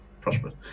Prosperous